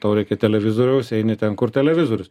tau reikia televizoriaus eini ten kur televizorius